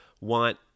want